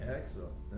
Excellent